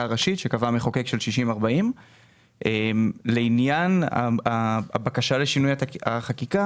הראשית שקבע המחוקק של 60-40. לעניין הבקשה לשינוי החקיקה,